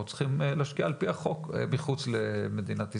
צריכים להשקיע על פי החוק מחוץ למדינת ישראל.